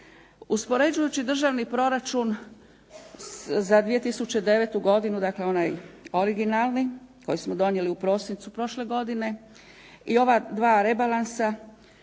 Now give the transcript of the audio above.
Uspoređujući državni proračun za 2009. godinu, dakle onaj originalni koji smo donijeli u prosincu prošle godine i ova dva rebalansa,